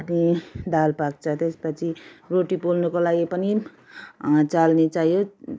अनि दाल पाक्छ त्यसपछि रोटी पोल्नुको लागि पनि चालनी चाहियो